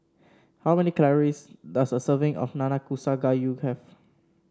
how many calories does a serving of Nanakusa Gayu have